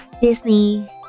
Disney